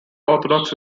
orthodox